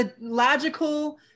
logical